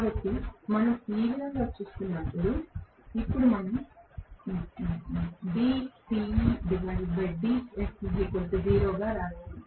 కాబట్టి మనం ఈ విధంగా చూస్తున్నప్పుడు ఇప్పుడు మనం గా రాయాలి